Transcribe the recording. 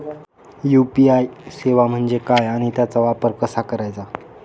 UPI सेवा म्हणजे काय आणि त्याचा वापर कसा करायचा?